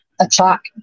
attack